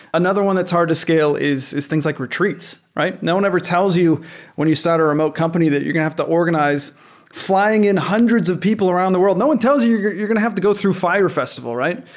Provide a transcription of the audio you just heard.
another one that's hard to scale is is things like retreats. no one ever tells you when you start a remote company that you're going to have to organize flying in hundreds of people around the world. no one tells you you you're you're going to have to go through fire festival, right?